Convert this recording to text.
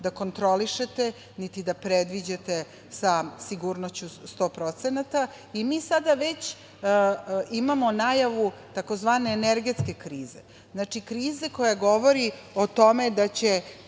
da kontrolišete, niti da predviđate sa sigurnošću od 100%.Mi sada već imamo najavu takozvane energetske krize, znači, krize koja govori o tome da će